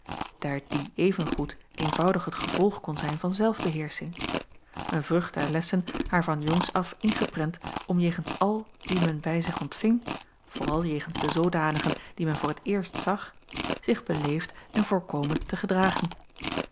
daar die even goed eenvoudig het gevolg kon zijn van zelfbeheersching een vrucht der lessen haar van jongs af ingeprent om jegens al wie men bij zich ontving vooral jegens de zoodanigen die men voor t eerst zag zich beleefd en voorkomend te gedragen